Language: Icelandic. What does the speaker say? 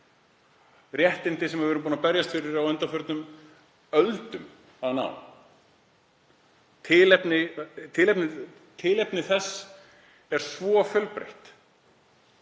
réttindi sem við erum búin að berjast fyrir á undanförnum öldum að ná fram. Tilefni þess er svo fjölbreytt.